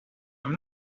i’m